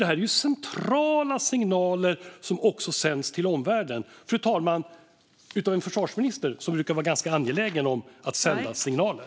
Det här är ju centrala signaler som också sänds till omvärlden av en försvarsminister som brukar vara ganska angelägen om att sända signaler.